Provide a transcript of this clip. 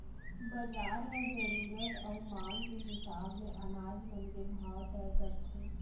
बजार ह जरूरत अउ मांग के हिसाब ले अनाज मन के भाव तय करथे